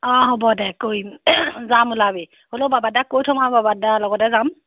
অঁ হ'ব দে কৰিম যাম ওলাবি হ'লেও বাবাদাক কৈ থ'ম আৰু বাবাদাৰ লগতে যাম